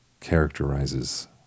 characterizes